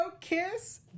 kiss